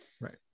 Right